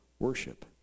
Worship